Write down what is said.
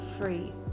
free